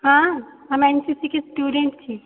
हाँ हम एनसीसी के स्टूडेन्ट छी